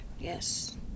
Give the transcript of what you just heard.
Yes